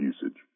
usage